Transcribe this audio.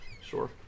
Sure